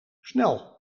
snel